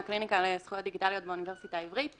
הקליניקה לזכויות דיגיטליות באוניברסיטה העברית.